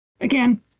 again